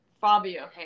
Fabio